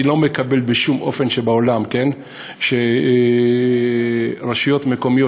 אני לא מקבל בשום אופן שבעולם שרשויות מקומיות,